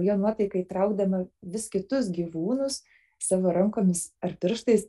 jo nuotaiką įtraukdama vis kitus gyvūnus savo rankomis ar pirštais